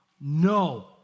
no